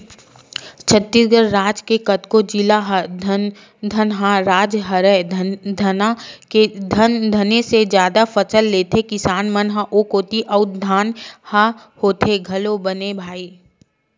छत्तीसगढ़ राज के कतको जिला ह धनहा राज हरय धाने के जादा फसल लेथे किसान मन ह ओ कोती अउ धान ह होथे घलोक बने भई